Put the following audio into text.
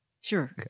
Sure